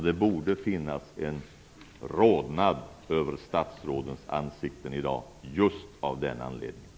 Det borde finnas en rodnad över statsrådens ansikten i dag just av den anledningen.